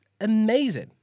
amazing